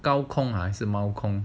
高空还是猫空